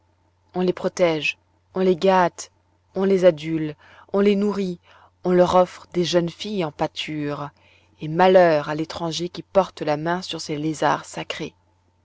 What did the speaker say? on les protège on les gâte on les adule on les nourrit on leur offre des jeunes filles en pâture et malheur à l'étranger qui porte la main sur ces lézards sacrés